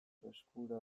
freskura